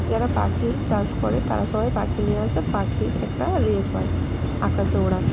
যারা পাখি চাষ করে তারা সবাই পাখি নিয়ে আসে পাখির একটা রেস হয় আকাশে ওড়ান